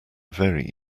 very